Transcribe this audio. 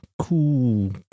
cool